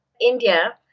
India